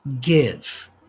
Give